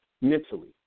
mentally